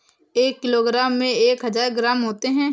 एक किलोग्राम में एक हजार ग्राम होते हैं